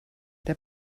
der